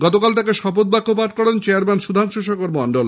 গতকাল তাঁকে শপথ বাক্য পাঠ করান চেয়ারম্যান সুধাংশু শেখর মণ্ডল